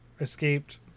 escaped